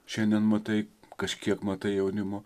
šiandien matai kažkiek matai jaunimo